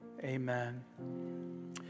amen